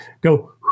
go